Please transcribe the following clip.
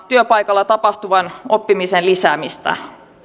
työpaikoilla ta pahtuvan oppimisen lisäämistä